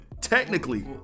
Technically